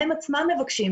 הם עצמם מבקשים,